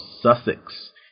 Sussex